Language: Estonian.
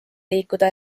liikuda